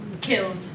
killed